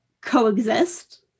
coexist